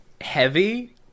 heavy